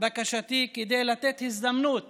בקשתי כדי לתת הזדמנות